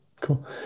Cool